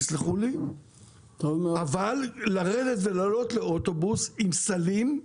אבל לרדת ולעלות לאוטובוס עם סלים,